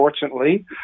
unfortunately